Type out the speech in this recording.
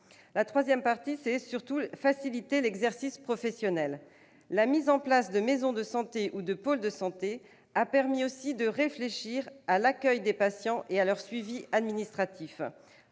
Il convient également de faciliter l'exercice professionnel. À cet égard, la mise en place de maisons de santé ou de pôles de santé a permis aussi de réfléchir à l'accueil des patients et à leur suivi administratif.